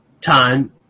time